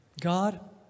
God